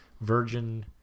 virgin